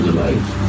life